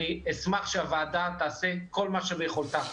אני אשמח שהוועדה תעשה כל מה שביכולתה.